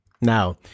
Now